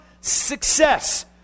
success